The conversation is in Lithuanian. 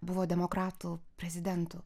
buvo demokratų prezidentų